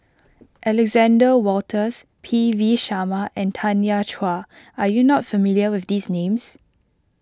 Alexander Wolters P V Sharma and Tanya Chua are you not familiar with these names